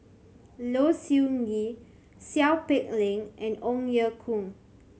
Low Siew Nghee Seow Peck Leng and Ong Ye Kung